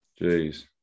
jeez